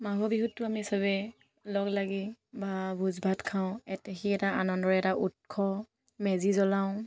মাঘৰ বিহুততো আমি সবে লগলাগি ভা ভোজ ভাত খাওঁ এটা সি এটা আনন্দৰ এটা উৎস মেজি জ্বলাওঁ